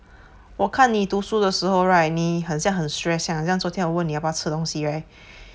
我看你读书的时候 right 你很像很 stress 这样好像昨天我问你要不要吃东西 leh